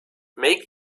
make